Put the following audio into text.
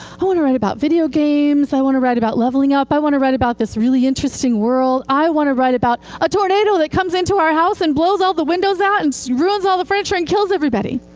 i want to write about video games. i want to write about leveling-up. i want to write about this really interesting world. i want to write about a tornado that comes into our house and blows all the windows out, and so ruins all the furniture and kills everybody.